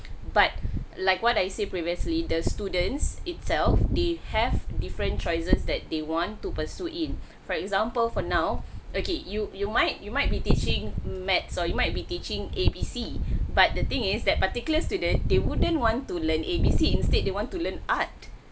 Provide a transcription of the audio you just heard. but like what I say previously the students itself they have different choices that they want to pursue in for example for now okay you you might you might be teaching maths or you might be teaching A B C but the thing is that particular student they wouldn't want to learn A B C instead they want to learn art